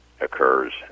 occurs